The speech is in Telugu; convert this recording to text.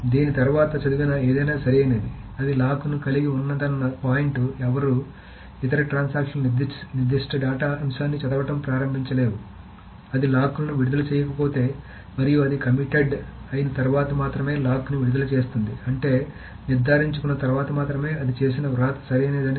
కాబట్టి దీని తర్వాత చదివిన ఏదైనా సరైనది అది లాక్ను కలిగి వున్నదన్నదే పాయింట్ ఎవరూ ఇతర ట్రాన్సాక్షన్ లు నిర్దిష్ట డేటా అంశాన్ని చదవడం ప్రారంభించలేవు అది లాక్ లను విడుదల చేయకపోతే మరియు అది కమిటెడ్ అయిన తర్వాత మాత్రమే లాక్ని విడుదల చేస్తుంది అంటే నిర్ధారించుకున్న తర్వాత మాత్రమే అది చేసిన వ్రాత సరైనదని